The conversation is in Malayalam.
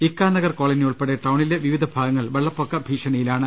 ഇക്കാ നഗർ കോളനി ഉൾപ്പെടെ ടൌണിലെ വിവിധ ഭാഗങ്ങൾ വെള്ളപ്പൊക്ക ഭീഷണിയിലാണ്